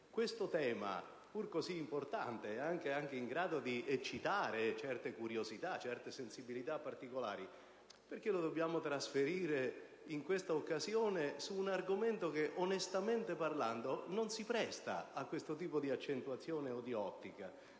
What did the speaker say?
questo tema, pur così importante e in grado di eccitare anche certe curiosità e sensibilità particolari, deve essere trasferito in quest'occasione su un argomento che, onestamente parlando, non si presta a questo tipo di accentuazione o di ottica.